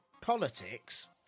politics